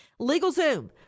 LegalZoom